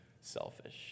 selfish